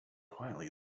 quietly